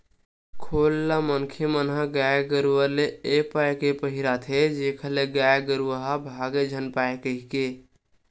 खोल ल मनखे मन ह गाय गरुवा ले ए पाय के पहिराथे जेखर ले गाय गरुवा ह भांगे झन पाय कहिके